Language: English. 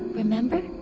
remember?